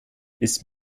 ist